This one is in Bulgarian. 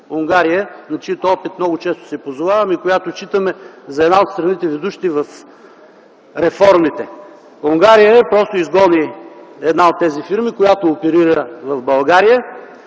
Унгария, на чийто опит много често се позоваваме и я смятаме за една от страните, водещи в реформите. Унгария просто изгони една от тези фирми, която оперира в България,